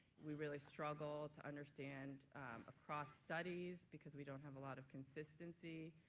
we really struggle to understand across studies because we don't have a lot of consistency